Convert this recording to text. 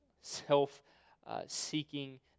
self-seeking